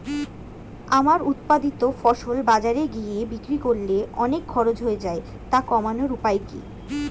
আমার উৎপাদিত ফসল বাজারে গিয়ে বিক্রি করলে অনেক খরচ হয়ে যায় তা কমানোর উপায় কি?